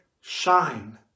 shine